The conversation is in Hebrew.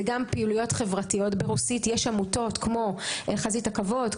יש גם פעילויות חברתיות ברוסית יש עמותות כמו חזית הכבוד,